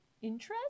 interest